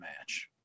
match